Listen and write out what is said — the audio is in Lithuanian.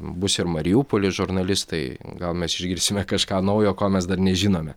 bus mariupoly žurnalistai gal mes išgirsime kažką naujo ko mes dar nežinome